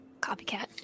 copycat